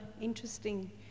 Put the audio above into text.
interesting